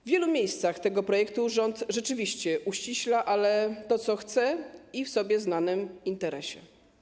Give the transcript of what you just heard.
W wielu miejscach tego projektu rząd rzeczywiście uściśla, ale to, co chce, i w sobie znanym interesie.